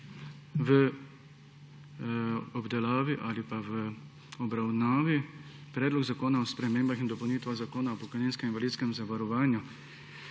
v obdelavi ali v obravnavi Predlog zakona o spremembah in dopolnitvah Zakona o pokojninskem in invalidskem zavarovanju.